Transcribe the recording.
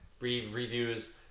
reviews